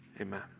amen